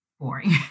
boring